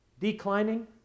Declining